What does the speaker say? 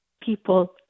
people